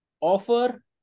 offer